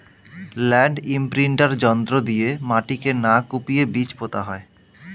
land imprinter যন্ত্র দিয়ে মাটিকে না কুপিয়ে বীজ পোতা যায়